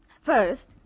First